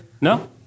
no